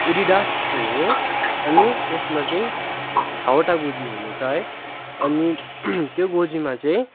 एडिडासको हो अनि त्यसमा चाहिँ छवटा गोजी हुने छ है अनि त्यो गोजीमा चाहिँ